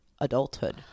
adulthood